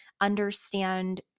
understand